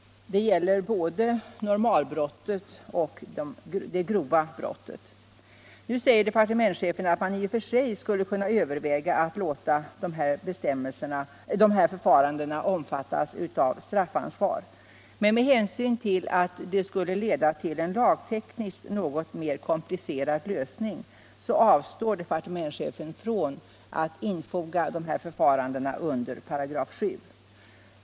Det gäller både normalbrottet och det grova brottet. Nu säger departementschefen att man i och för sig skulle kunna överväga att låta de här förfarandena omfattas av straffansvar, men med hänsyn till att det skulle leda till en lagtekniskt något mer komplicerad lösning avstår departementschefen från att infoga dem under 7 §.